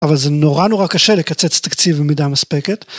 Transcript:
אבל זה נורא נורא קשה לקצץ תקציב במידה מספקת.